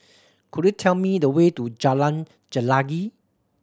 could you tell me the way to Jalan Chelagi